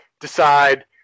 decide –